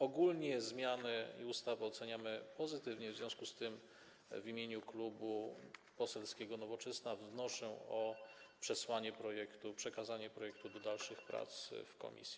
Ogólnie zmiany ustawy oceniamy pozytywnie, w związku z tym w imieniu Klubu Poselskiego Nowoczesna wnoszę o przesłanie projektu, przekazanie go do dalszych prac w komisji.